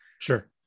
Sure